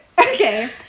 Okay